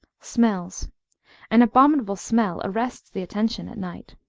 smells an abominable smell arrests the attention at night.